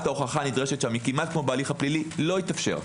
ההוכחה הנדרשת שם היא כמעט כמו בהליך הפלילי לא יתאפשר.